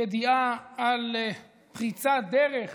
ידיעה על "פריצת דרך",